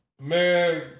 Man